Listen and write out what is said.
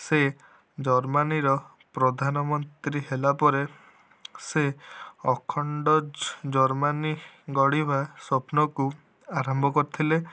ସେ ଜର୍ମାନୀର ପ୍ରଧାନମନ୍ତ୍ରୀ ହେଲାପରେ ସେ ଅଖଣ୍ଡ ଜର୍ମାନୀ ଗଢ଼ିବା ସ୍ୱପ୍ନକୁ ଆରମ୍ଭ କରିଥିଲେ